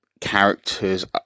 characters